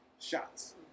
shots